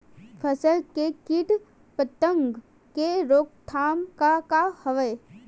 फसल के कीट पतंग के रोकथाम का का हवय?